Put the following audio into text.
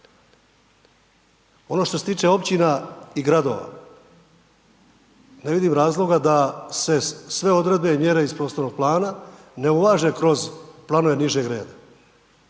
Ono što se tiče Općina i Gradova, ne vidim razloga da se sve odredbe i mjere iz prostornog plana ne .../Govornik se